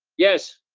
yes?